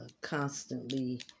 constantly